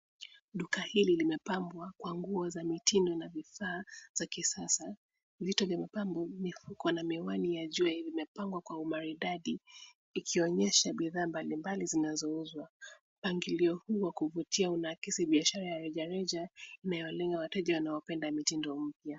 Duka hili limepambwa kwa nguo za mitindo na vifaa za kisasa. Vito vya mapambo, mifuko na miwani ya jua imepangwa kwa umaridadi, ikionyesha bidhaa mbalimbali zinazouzwa. Mpangilio huu wa kuvutia unaakisi biashara ya rejareja, inayolenga wateja wanaopenda mitindo mpya.